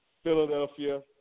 Philadelphia